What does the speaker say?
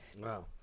Wow